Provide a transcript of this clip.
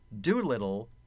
Doolittle